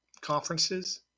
conferences